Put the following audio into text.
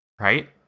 right